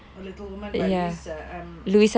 oh little women by louisa m~